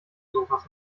sofas